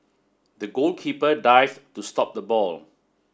the goalkeeper dive to stop the ball